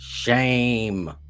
Shame